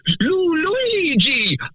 Luigi